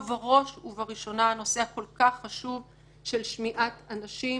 ובראש וראשונה הנושא הכל כך חשוב של שמיעת אנשים